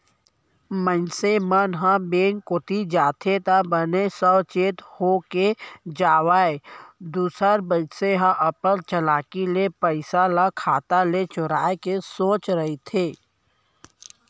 मनसे मन ह बेंक कोती जाथे त बने साउ चेत होके जावय दूसर मनसे हर अपन चलाकी ले पइसा ल खाता ले चुराय के सोचत रहिथे